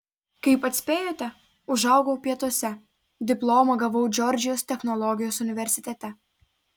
kaip atspėjote užaugau pietuose diplomą gavau džordžijos technologijos universitete